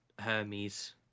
Hermes